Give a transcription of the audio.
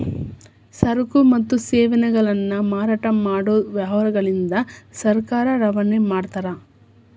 ಸರಕು ಮತ್ತು ಸೇವೆಗಳನ್ನ ಮಾರಾಟ ಮಾಡೊ ವ್ಯವಹಾರಗಳಿಂದ ಸರ್ಕಾರಕ್ಕ ರವಾನೆ ಮಾಡ್ತಾರ